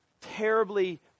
terribly